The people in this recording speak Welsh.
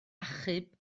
achub